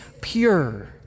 pure